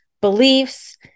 beliefs